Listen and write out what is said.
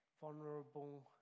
vulnerable